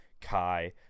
Kai